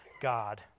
God